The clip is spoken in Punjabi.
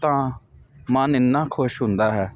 ਤਾਂ ਮਨ ਇੰਨਾ ਖੁਸ਼ ਹੁੰਦਾ ਹੈ